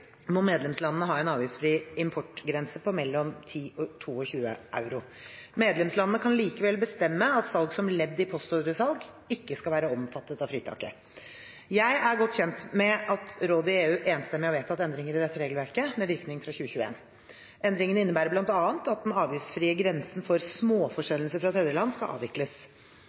må medlemslandene ha en avgiftsfri importgrense på mellom 10 og 22 euro. Medlemslandene kan likevel bestemme at salg som ledd i postordresalg ikke skal være omfattet av fritaket. Jeg er godt kjent med at Rådet i EU enstemmig har vedtatt endringer i dette regelverket, med virkning fra 2021. Endringene innebærer bl.a. at den avgiftsfrie grensen for småforsendelser fra tredjeland skal avvikles.